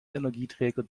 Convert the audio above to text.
energieträger